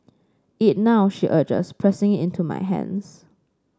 eat now she urges pressing it into my hands